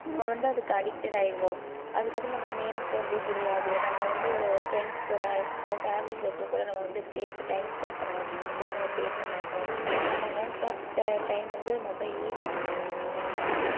நம்ம வந்து அதுக்கு அடிக்ட்டர் ஆயிடுவோம் அதுக்கப்புறம் நமக்கு நேரம் போகிறதே தெரியாது நம்ம வந்து ஃப்ரெண்ட்ஸ் கூட பே ஃபேமிலி சற்கிள் கூட நம்ம வந்து பேச டைம் ஸ்பென் பண்ண மாட்டோம் அவங்க கூட நம்ம பேசமாட்டோம் நம்ம மோஸ்ட் ஆப் த டைம் வந்து மொபைல்லே வந்துட்டு அடிக்ட்ரு ஆகிருப்போம்